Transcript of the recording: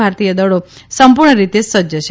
ભારતીય દળો સંપૂર્ણ રીતે સજ્જ છે